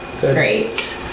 great